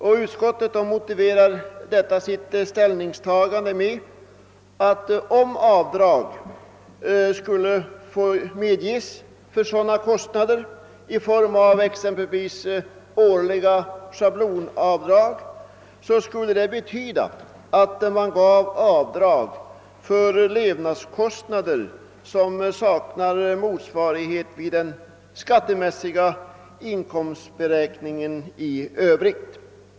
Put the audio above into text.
Utskottet motiverar detta sitt ställningstagande med att om avdrag skulle medges för sådana kostnader, exempelvis i form av årliga schablonavdrag, så skulle det betyda att man medgav avdrag för levnadskostna der, vilket saknar motsvarighet vid den skattemässiga inkomstberäkningen i övrigt.